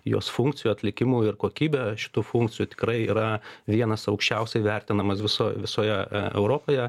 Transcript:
jos funkcijų atlikimu ir kokybe šitų funkcijų tikrai yra vienas aukščiausiai vertinamas visoj visoje e europoje